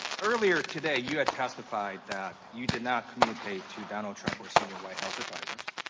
earlier today you testified that you did not communicate to donald trump or senior white house advisors.